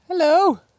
Hello